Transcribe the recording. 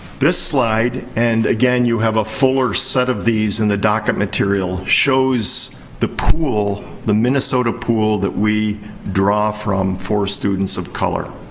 this slide, and, again, you have a fuller set of these in the docket material, shows the pool, the minnesota pool that we draw from for students of color.